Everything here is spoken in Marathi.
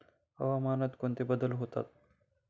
हवामानात कोणते बदल होतात?